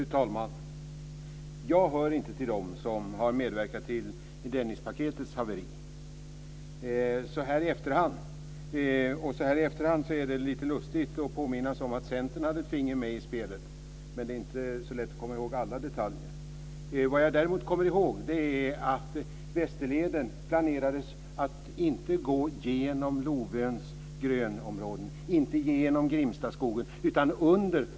Fru talman! Jag hör inte till dem som har medverkat till Dennispaketets haveri. Så här i efterhand är det lite lustigt att påminnas om att Centern hade ett finger med i spelet - men det är inte så lätt att komma ihåg alla detaljer. Men jag kommer däremot ihåg att Västerleden planerades att inte gå genom Lovöns grönområden och genom Grimstaskogen men däremot under.